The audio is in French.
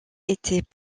étaient